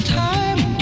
time